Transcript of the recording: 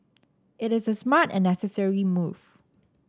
it is a smart and necessary move